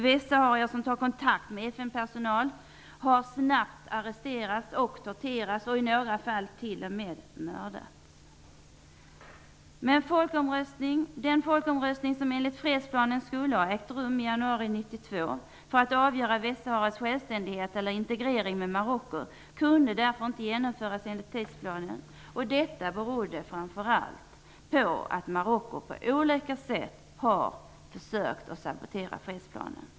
Västsaharier som tar kontakt med FN-personal har snabbt arresterats och torterats och i några fall till och med mördats. Den folkomröstning som enligt fredsplanen skulle ha ägt rum i januari 1992 för att avgöra Västsaharas självständighet eller integrering med Marocko kunde därför inte genomföras enligt tidsplanen. Detta berodde framför allt på att Marocko på olika sätt har försökt sabotera fredsprocessen.